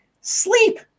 sleep